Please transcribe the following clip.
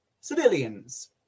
civilians